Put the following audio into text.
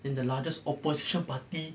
then the largest opposition party